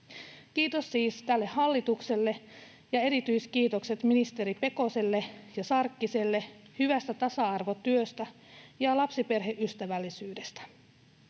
Kiitos siis tälle hallitukselle ja erityiskiitokset ministeri Pekoselle ja Sarkkiselle hyvästä tasa-arvotyöstä ja lapsiperheystävällisyydestä.